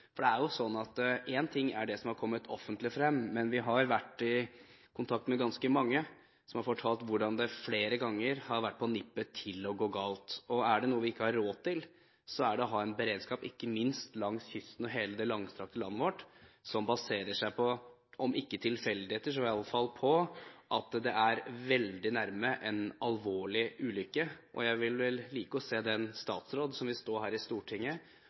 for én ting er det som er kommet frem offentlig, men vi har vært i kontakt med ganske mange som har fortalt hvordan det flere ganger har vært på nippet til å gå galt. Er det noe vi ikke har råd til, er det å ha en beredskap ikke minst langs kysten og langs hele det langstrakte landet vårt som baserer seg på om ikke tilfeldigheter, så iallfall på at det er veldig nærme en alvorlig ulykke. Jeg vil like å se den statsråd som vil stå her i Stortinget